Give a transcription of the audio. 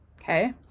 okay